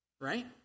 right